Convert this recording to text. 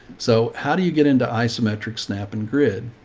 so how do you get into isometric snap and grid?